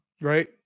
right